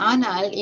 Anal